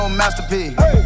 masterpiece